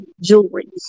jewelry